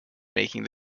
making